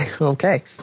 Okay